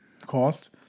cost